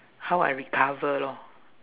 how I recover lor